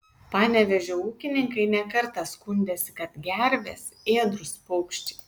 panevėžio ūkininkai ne kartą skundėsi kad gervės ėdrūs paukščiai